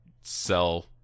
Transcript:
sell